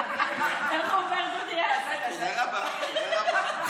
תודה רבה.